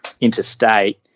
interstate